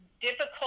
difficult